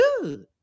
good